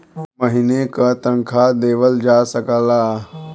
महीने का तनखा देवल जा सकला